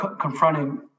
confronting